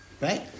right